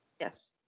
Yes